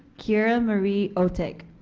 keira marie ohtake.